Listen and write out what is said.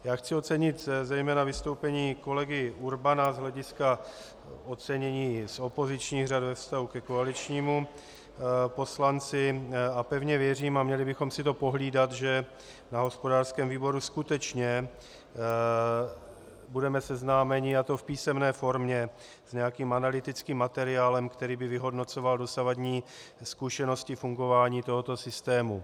Já chci ocenit zejména vystoupení kolegy Urbana z hlediska ocenění z opozičních řad ve vztahu ke koaličnímu poslanci a pevně věřím, a měli bychom si to pohlídat, že v hospodářském výboru skutečně budeme seznámeni, a to v písemné formě, s nějakým analytickým materiálem, který by vyhodnocoval dosavadní zkušenosti z fungování tohoto systému.